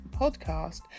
podcast